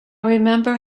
remember